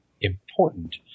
important